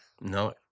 No